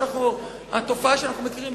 כי התופעה שאנחנו מכירים,